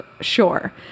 Sure